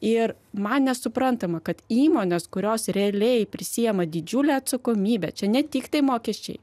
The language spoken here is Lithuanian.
ir man nesuprantama kad įmonės kurios realiai prisiima didžiulę atsakomybę čia ne tiktai mokesčiai